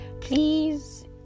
Please